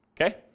Okay